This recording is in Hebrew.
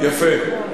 יפה.